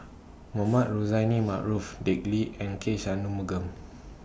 Mohamed Rozani Maarof Dick Lee and K Shanmugam